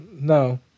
no